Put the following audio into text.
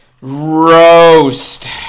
Roast